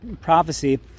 prophecy